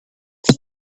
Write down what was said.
the